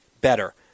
better